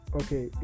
okay